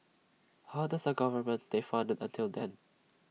how does the government stay funded until then